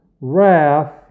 wrath